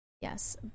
Yes